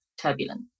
turbulent